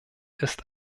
ist